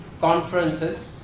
conferences